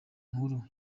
nkuru